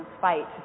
fight